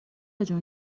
جون